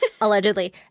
allegedly